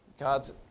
God's